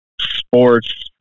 sports